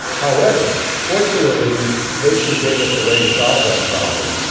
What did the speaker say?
however, fortunately nature gave us a way to solve that problem,